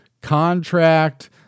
contract